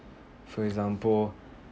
for example